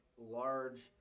large